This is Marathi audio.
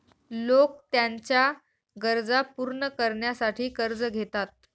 लोक त्यांच्या गरजा पूर्ण करण्यासाठी कर्ज घेतात